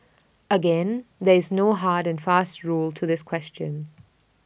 again there is no hard and fast rule to this question